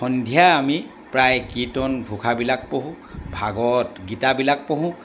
সন্ধিয়া আমি প্ৰায় কীৰ্তন ঘোষাবিলাক পঢ়োঁ ভাগৱত গীতাবিলাক পঢ়োঁ